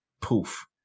poof